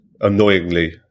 annoyingly